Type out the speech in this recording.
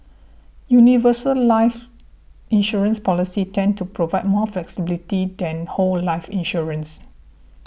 universal life insurance policies tend to provide more flexibility than whole life insurance